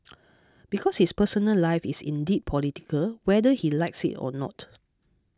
because his personal life is indeed political whether he likes it or not